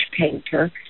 painter